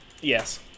Yes